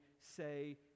say